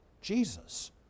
Jesus